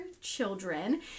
children